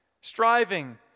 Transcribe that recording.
Striving